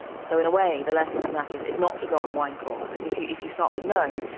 so in a way the lesson from that is is not to go on a wine course, because if you if you start to know,